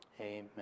amen